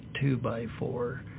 two-by-four